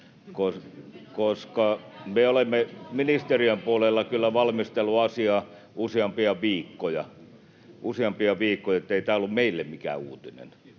Me olemme ministeriön puolella kyllä valmistelleet asiaa useampia viikkoja, ettei tämä ollut meille mikään uutinen,